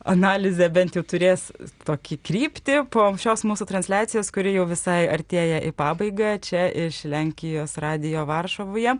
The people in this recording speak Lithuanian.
analizę bent jau turės tokį kryptį po šios mūsų transliacijos kuri jau visai artėja į pabaigą čia iš lenkijos radijo varšuvoje